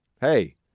hey